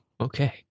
Okay